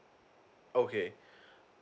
okay